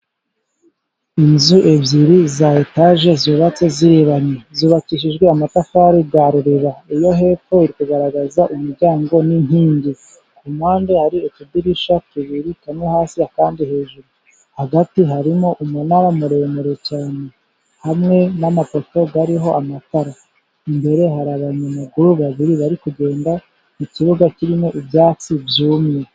Inzu ebyiri za etaje zubatse zirebanye. Zubakishijwe amatafari ya Ruriba. Iyo hepfo iri kugaragaza umuryango n'inkingi. Ku mpande hari utudirishya tubiri kamwe hasi, akandi hejuru. Hagati harimo umunara muremure cyane hamwe n'amafoto. Hariho amatara, imbere hari abanyamaguru babiri bari kugenda, mu kibuga kirimo ibyatsi byumye.